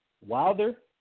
Wilder